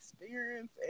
experience